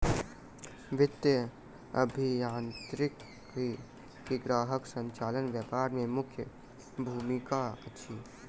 वित्तीय अभियांत्रिकी के ग्राहक संचालित व्यापार में मुख्य भूमिका अछि